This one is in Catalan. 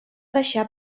deixar